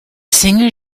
singer